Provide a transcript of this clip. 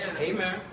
Amen